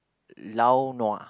lao nua